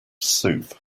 soup